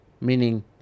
meaning